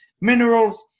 Minerals